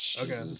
Okay